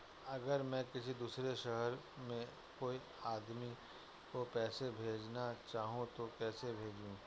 अगर मैं किसी दूसरे शहर में कोई आदमी को पैसे भेजना चाहूँ तो कैसे भेजूँ?